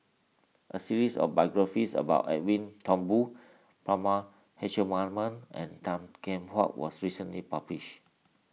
a series of biographies about Edwin Thumboo Prema Letchumanan and Tan Kheam Hock was recently published